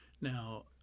Now